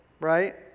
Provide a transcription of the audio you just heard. right